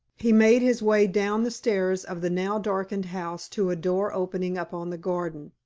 he made his way down the stairs of the now darkened house to a door opening upon the garden.